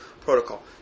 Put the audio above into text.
protocol